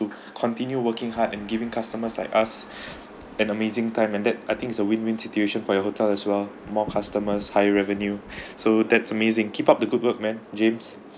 to continue working hard and giving customers like us an amazing time and that I think it's a win win situation for your hotel as well more customers higher revenue so that's amazing keep up the good work man james